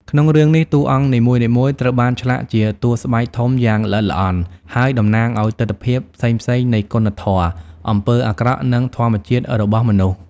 ក្នុងរឿងនេះតួអង្គនីមួយៗត្រូវបានឆ្លាក់ជាតួស្បែកធំយ៉ាងល្អិតល្អន់ ហើយតំណាងឱ្យទិដ្ឋភាពផ្សេងៗនៃគុណធម៌ អំពើអាក្រក់ និងធម្មជាតិរបស់មនុស្ស ។